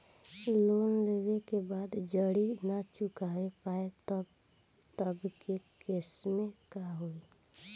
Loan लेवे के बाद जड़ी ना चुका पाएं तब के केसमे का होई?